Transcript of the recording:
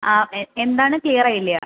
ആ എന്താണ് ക്ലിയർ ആയില്ല